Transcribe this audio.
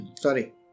Sorry